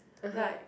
(uh huh)